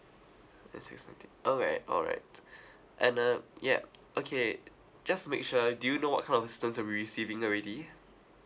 alright alright and uh yup okay just to make sure ah do you know what kind of assistance you'll be receiving already